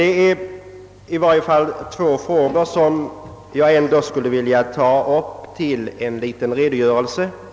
Det är emellertid åtminstone två frågor som jag ändå skulle vilja närmare beröra.